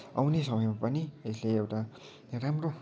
आउने समयमा पनि यसले एउटा राम्रो